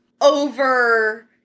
over